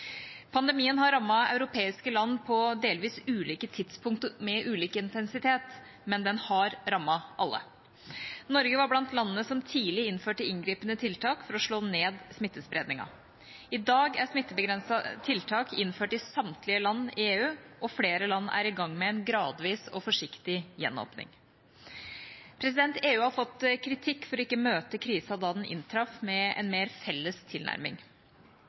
Pandemien har rammet europeiske land på delvis ulike tidspunkt og med ulik intensitet, men den har rammet alle. Norge var blant landene som tidlig innførte inngripende tiltak for å slå ned smittespredningen. I dag er smittebegrensende tiltak innført i samtlige land i EU, og flere land er i gang med en gradvis og forsiktig gjenåpning. EU har fått kritikk for å ikke møte krisen da den inntraff med en mer felles tilnærming.